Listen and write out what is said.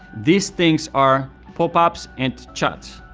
these things are pop-ups and chats.